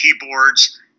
keyboards